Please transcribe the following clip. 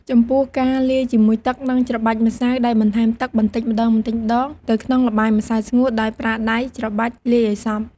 ចំពោះការលាយជាមួយទឹក និងច្របាច់ម្សៅដោយបន្ថែមទឹកបន្តិចម្តងៗទៅក្នុងល្បាយម្សៅស្ងួត ដោយប្រើដៃច្របាច់លាយឱ្យសព្វ។